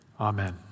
Amen